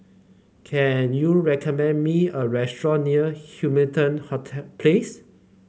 can you recommend me a restaurant near Hamilton Place